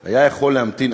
הוא היה יכול להמתין.